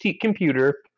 computer